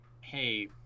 hey